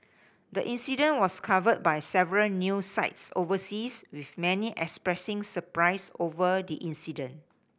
the incident was covered by several news sites overseas with many expressing surprise over the incident